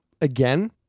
again